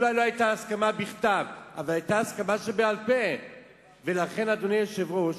אולי לא היתה הסכמה בכתב, אבל היתה הסכמה שבעל-פה.